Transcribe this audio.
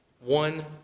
one